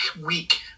week